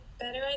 better